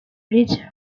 ridge